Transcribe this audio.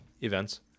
events